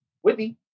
Whitney